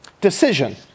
Decision